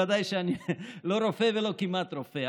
ודאי שאני לא רופא ולא כמעט רופא,